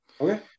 Okay